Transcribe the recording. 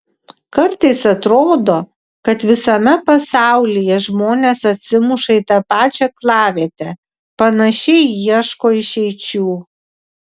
kartais atrodo kad visame pasaulyje žmonės atsimuša į tą pačią aklavietę panašiai ieško išeičių